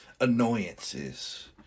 annoyances